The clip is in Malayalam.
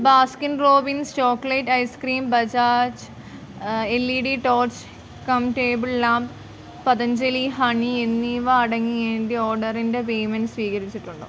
Baskin Robbins chocolate ice cream Bajaj L E D torch cum table lamp Patanjali honey എന്നിവ അടങ്ങിയ എന്റെ ഓർഡറിന്റെ പേയ്മെൻറ്റ് സ്ഥിരീകരിച്ചിട്ടുണ്ടോ